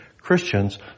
Christians